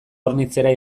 hornitzera